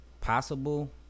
possible